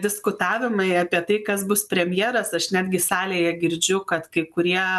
diskutavimai apie tai kas bus premjeras aš netgi salėje girdžiu kad kai kurie